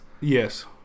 Yes